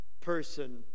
person